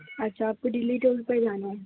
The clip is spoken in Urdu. اچھا آپ کو دلی ٹور پہ جانا ہے